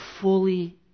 fully